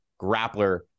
Grappler